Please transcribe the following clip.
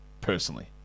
personally